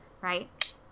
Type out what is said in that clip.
right